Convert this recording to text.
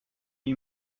wie